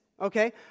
Okay